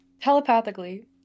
telepathically